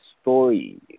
story